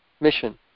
mission